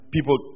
People